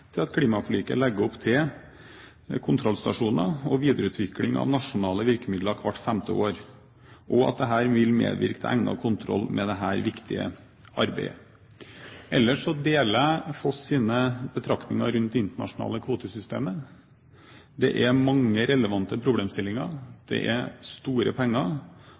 til at klimaforliket legger opp til kontrollstasjoner og videreutvikling av nasjonale virkemidler hvert femte år, og at dette vil medvirke til egnet kontroll med dette viktige arbeidet. Ellers deler jeg Foss’ betraktninger rundt det internasjonale kvotesystemet. Det er mange relevante problemstillinger, det er store penger,